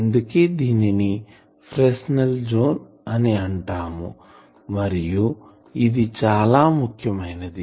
అందుకే దీనిని Fresnel zone అని అంటాము మరియు ఇది చాలా ముఖ్యమైనిది